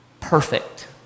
Perfect